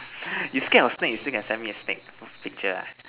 you scared of snake you still can send snake picture ah